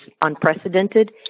unprecedented